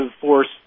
force